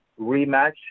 rematch